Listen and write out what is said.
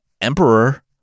emperor